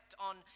on